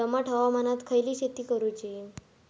दमट हवामानात खयली शेती करूची?